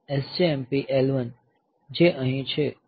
SJMP L1 જે અહીં છે